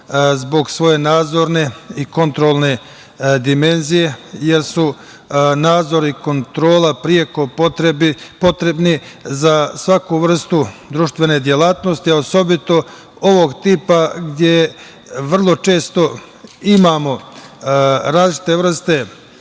zbog svoje nadzorne i kontrolne dimenzije, jer su nadzori kontrola preko potrebni za svaku vrstu društvene delatnosti, osobito ovog tipa gde vrlo često imamo različite vrste